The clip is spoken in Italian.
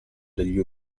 degli